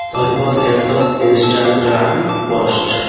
ସର୍ବଶେଷ Instagram post